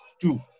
Two